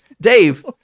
Dave